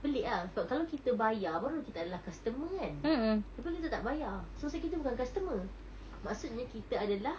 pelik ah sebab kalau kita bayar baru kita adalah customer kan tapi kita tak bayar so tu maksudnya kita bukan customer maksudnya kita adalah